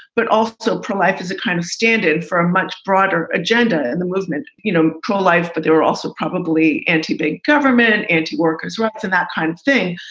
but also pro-life is a kind of standard for a much broader agenda. and the movement, you know, pro-life, but there were also probably anti-big government anti workers' rights and that kind of thing.